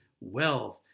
wealth